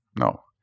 no